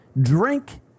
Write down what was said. drink